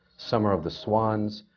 summer of the swans,